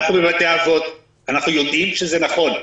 אנחנו בבתי האבות יודעים שזה נכון.